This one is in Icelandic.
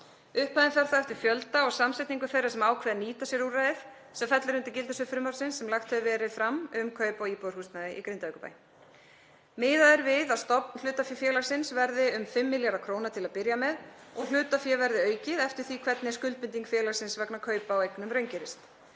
Upphæðin fer þó eftir fjölda og samsetningu þeirra sem ákveða að nýta sér úrræðið sem fellur undir gildissvið frumvarps sem lagt hefur verið fram um kaup á íbúðarhúsnæði í Grindavíkurbæ. Miðað er við að stofnhlutafé félagsins verði um 5 milljarðar kr. til að byrja með og hlutafé verði aukið eftir því hvernig skuldbinding félagsins vegna kaupa á eignum raungerist.